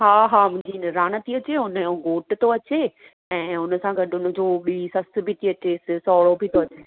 हा हा मुंहिंजी निराण थी अचे हुनजो घोट थो अचे ऐं हुनसां गॾु हुनजो बि सस बि थी अचेसि सहुरो बि थो अचेसि